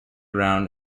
round